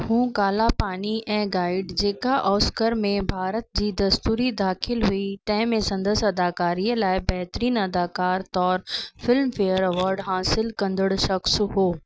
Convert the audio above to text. हू काला पानी ऐं गाइड जेका ऑस्कर में भारत जी दस्तूरी दाख़िलु हुई तंहिंमें संदसि अदाकारीअ लाइ बहितरीनु अदाकारु तौरु फ़िल्मफेयर अवार्ड हासिलु कंदड़ु शख़्सु हो